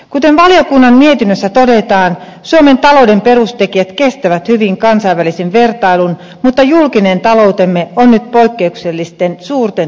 kuten valiokunnan mietinnössä todetaan suomen talouden perustekijät kestävät hyvin kansainvälisen vertailun mutta julkinen taloutemme on nyt poikkeuksellisten suurten haasteiden edessä